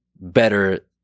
better